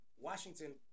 Washington